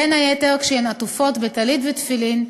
בין היתר כשהן עטופות בטלית ותפילין,